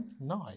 Nice